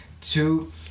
Two